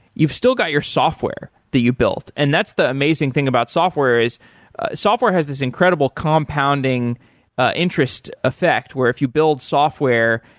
you've still got your software that you built. and that's the amazing thing about software, is software has this incredible compounding interest effect where if you build software,